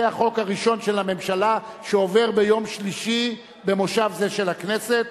זה החוק הראשון של הממשלה שעובר ביום שלישי במושב זה של הכנסת.